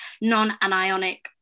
non-anionic